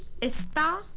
está